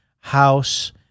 house